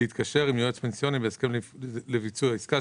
להתקשר עם יועץ פנסיוני בהסכם לביצוע עסקה,